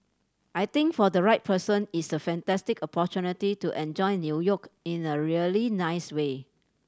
I think for the right person it's a fantastic opportunity to enjoy New York in the really nice way